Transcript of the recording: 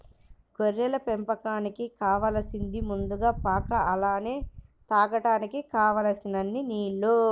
గొర్రెల పెంపకానికి కావాలసింది ముందుగా పాక అలానే తాగడానికి కావలసినన్ని నీల్లు